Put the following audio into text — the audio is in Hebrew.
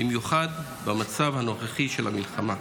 במיוחד במצב הנוכחי של המלחמה.